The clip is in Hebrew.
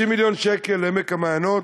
50 מיליון שקל לעמק המעיינות